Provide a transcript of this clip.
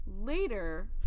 Later